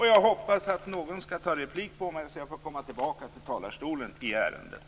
Jag hoppas att någon tar replik på mig så att jag får komma tillbaka till talarstolen i ärendet.